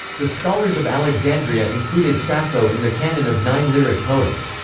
the scholars of alexandria included sappho in the canon of nine lyric poets.